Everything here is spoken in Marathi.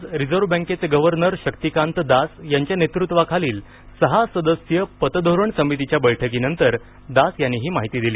आज रिझर्व्ह बँकेचे गव्हर्नर शाक्तीकांत दास यांच्या नेतृत्वाखालील सहा सदस्यीय पतधोरण समितीच्या बैठकीनंतर दास यांनी ही माहिती दिली